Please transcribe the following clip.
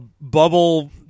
bubble